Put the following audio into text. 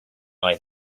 them